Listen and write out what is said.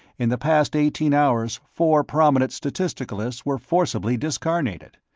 in the past eighteen hours, four prominent statisticalists were forcibly discarnated,